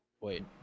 Wait